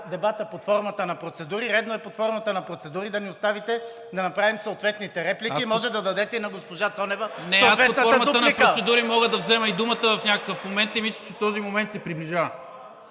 дебатът под формата на процедури, редно е под формата на процедури да ни оставите да направим съответните реплики. Може и да дадете на госпожа Цонева съответната дуплика. (Шум и реплики.) ПРЕДСЕДАТЕЛ НИКОЛА МИНЧЕВ: Не, аз под формата на процедури мога да взема и думата в някакъв момент и мисля, че този момент се приближава.